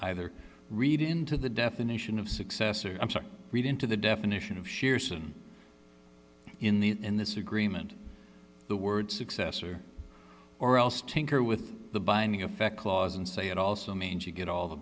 either read into the definition of success or read into the definition of shearson in the in this agreement the word successor or else tinker with the binding effect clause and say it also means you get all the